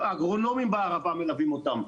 האגרונומים בערבה מלווים אותם,